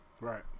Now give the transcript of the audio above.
Right